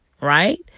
right